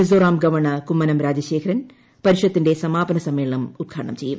Mizoram governor Kummanam Rajasekharan പരിഷത്തിന്റെ സമാപന സമ്മേളനം ഉദ്ഘാടനം ചെയ്യും